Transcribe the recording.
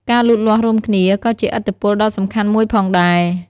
ការលូតលាស់រួមគ្នាក៏ជាឥទ្ធិពលដ៏សំខាន់មួយផងដែរ។